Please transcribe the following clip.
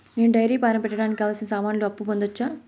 నేను dairy farm పెట్టడానికి కావాల్సిన సామాన్లకు అప్పు పొందొచ్చా?